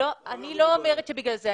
לא, אני לא אומרת שבגלל זה.